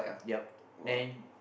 yup then